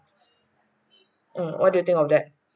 mm what do you think of that